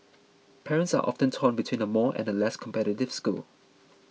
parents are often torn between a more and a less competitive school